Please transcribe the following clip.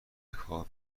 های